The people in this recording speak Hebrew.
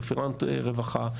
רפרנט רווחה,